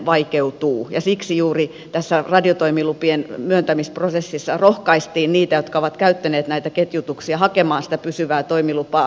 siksi juuri tässä radiotoimilupien myöntämisprosessissa rohkaistiin niitä jotka ovat käyttäneet näitä ketjutuksia hakemaan pysyvää toimilupaa